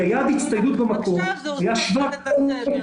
יעד ההצטיידות במקור היה 7,000,